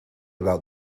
about